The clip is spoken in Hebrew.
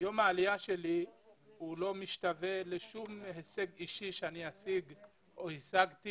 יום העלייה שלי לא משתווה לשום הישג אישי שאני אשיג או השגתי